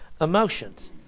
emotions